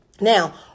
Now